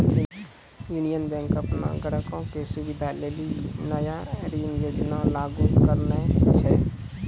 union Bank अपनो ग्राहको के सुविधा लेली नया ऋण योजना लागू करने छै